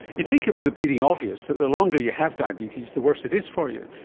you'd think it was the bleeding obvious that the longer you have diabetes, the worse it is for you,